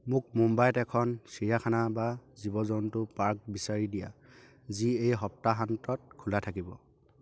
মোক মুম্বাইত এখন চিৰিয়াখানা বা জীৱ জন্তু পাৰ্ক বিচাৰি দিয়া যি এই সপ্তাহান্তত খোলা থাকিব